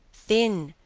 thin,